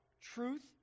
truth